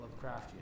Lovecraftian